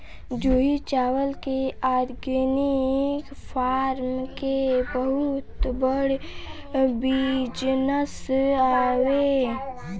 जूही चावला के organic farm के बहुते बड़ बिजनस बावे